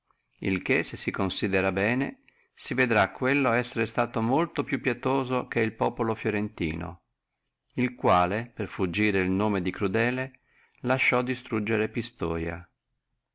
il che se si considerrà bene si vedrà quello essere stato molto più pietoso che il populo fiorentino il quale per fuggire el nome del crudele lasciò destruggere